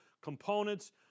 components